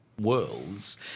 worlds